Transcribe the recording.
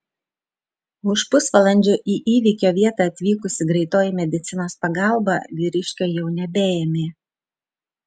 už pusvalandžio į įvykio vietą atvykusi greitoji medicinos pagalba vyriškio jau nebeėmė